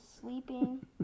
sleeping